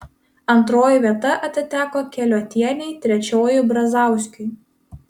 antroji vieta atiteko keliuotienei trečioji brazauskiui